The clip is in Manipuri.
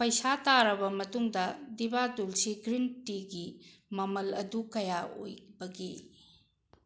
ꯄꯩꯁꯥ ꯇꯥꯔꯕ ꯃꯇꯨꯡꯗ ꯗꯤꯕꯥ ꯇꯨꯜꯁꯤ ꯒ꯭ꯔꯤꯟ ꯇꯤꯒꯤ ꯃꯃꯜ ꯑꯗꯨ ꯀꯌꯥ ꯑꯣꯏꯕꯒꯦ